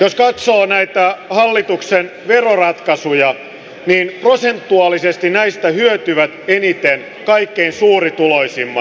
jos katsoo näitä hallituksen veroratkaisuja niin prosentuaalisesti näistä hyötyvät eniten kaikkein suurituloisimmat